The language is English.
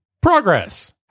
progress